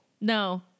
No